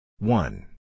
One